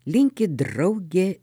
linki draugė